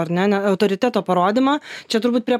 ar ne autoriteto parodymą čia turbūt prie